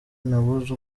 nabuze